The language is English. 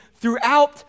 throughout